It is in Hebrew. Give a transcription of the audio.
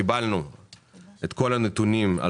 גל האומיקרון קיבלנו את כל הנתונים,